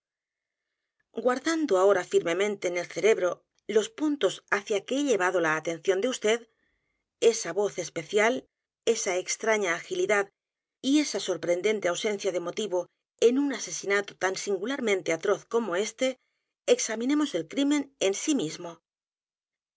guardando ahora firmemente en el cerebro los puntos hacia que he llevado la atención de vd esa voz especial esa extraña agilidad y esa sorprendente ausencia de motivo en un asesinato tan singularmente atroz como éste examinemos el crimen en sí mismo